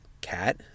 cat